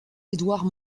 édouard